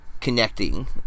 connecting